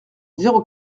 zéro